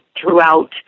throughout